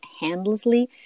handlessly